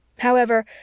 however,